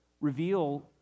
reveal